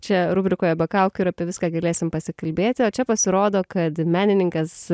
čia rubrikoje be kaukių ir apie viską galėsim pasikalbėti o čia pasirodo kad menininkas